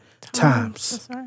times